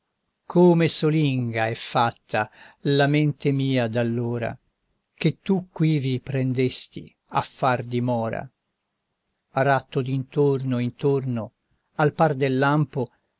come solinga è fatta la mente mia d'allora che tu quivi prendesti a far dimora ratto d'intorno intorno al par del lampo